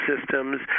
systems